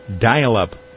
dial-up